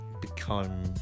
become